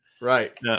Right